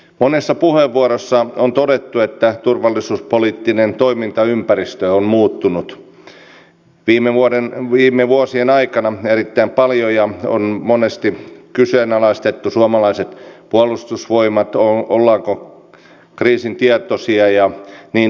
monessa puheenvuorossa on todettu että turvallisuuspoliittinen toimintaympäristö on muuttunut viime vuosien aikana erittäin paljon ja on monesti kyseenalaistettu suomalaiset puolustusvoimat ollaanko kriisitietoisia ja niin edespäin